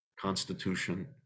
constitution